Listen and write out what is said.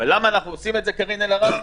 למה אנחנו עושים את זה, קארין אלהרר?